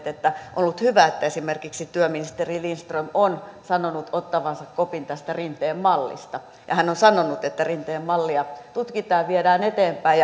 että on ollut hyvä että esimerkiksi työministeri lindström on sanonut ottavansa kopin tästä rinteen mallista ja on sanonut että rinteen mallia tutkitaan ja viedään eteenpäin